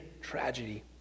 tragedy